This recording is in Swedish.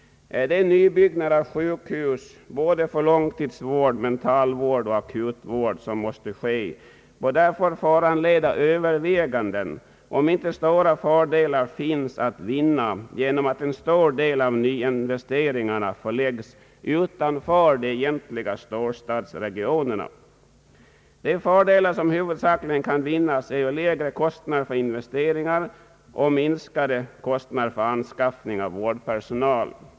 De nybyggnader av sjukhus både för långtids-, mentaloch akutvård som måste ske bör då föranleda överväganden om inte stora fördelar finns att vinna genom att en god del av nyinvesteringarna görs utanför de egentliga storstadsregionerna. De fördelar som huvudsakligen kan uppnås är lägre kostnader för investeringar och minskade kostnader för anskaffning av vårdpersonal.